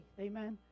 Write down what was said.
Amen